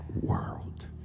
world